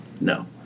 No